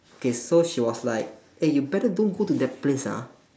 okay so she was like eh you better don't go to that place ah